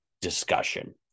discussion